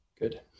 good